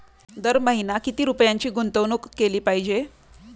दर महिना किती रुपयांची गुंतवणूक केली पाहिजे?